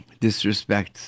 disrespects